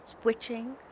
switching